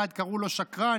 אחד קראו לו שקרן,